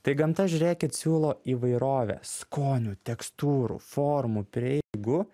tai gamta žiūrėkit siūlo įvairovę skonių tekstūrų formų prieigų